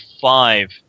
five